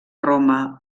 roma